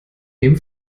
dem